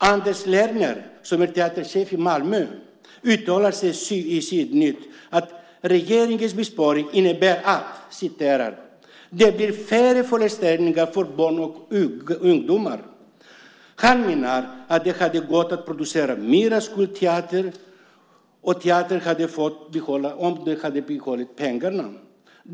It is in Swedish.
Anders Lerner som är teaterchef i Malmö uttalar i Sydnytt att regeringens besparing innebär att det blir färre föreställningar för barn och ungdomar. Han menar att det hade gått att producera mer skolteater om teatern hade fått behålla pengarna.